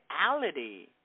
reality